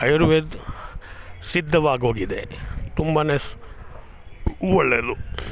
ಆಯುರ್ವೇದ ಸಿದ್ಧವಾಗೋಗಿದೆ ತುಂಬ ಸ್ ಒಳ್ಳೆಯದು